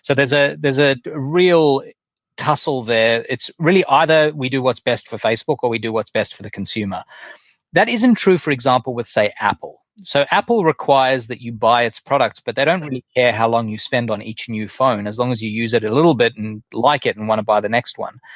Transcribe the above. so there's ah there's a real tussle there. it's really either we do what's best for facebook or we do what's best for the consumer that isn't true, for example, with say apple. so apple requires that you buy its products, but they don't really care how long you spend on each new phone, as long as you use it a little bit and like it and want to buy the next one.